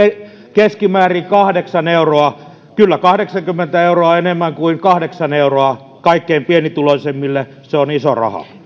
keskimäärin kahdeksan euroa kyllä kahdeksankymmentä euroa on enemmän kuin kahdeksan euroa kaikkein pienituloisimmille se on iso raha